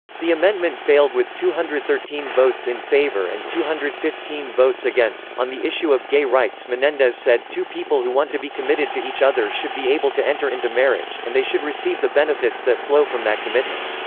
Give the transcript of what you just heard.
the amendment failed with two hundred and thirteen votes in favor and two hundred and fifteen votes against on the issue of gay rights menendez said two people who want to be committed to each other should be able to enter into marriage, and they should receive the benefits that flow from that commitment.